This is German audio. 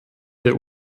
der